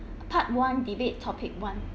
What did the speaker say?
part one debate topic one